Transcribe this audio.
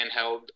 handheld